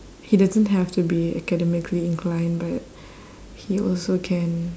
he doesn't have to be academically inclined but he also can